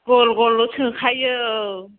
गल गल सोखायो